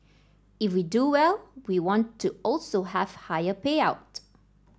if we do well we want to also have higher payout